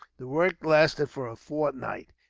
the work lasted for a fortnight,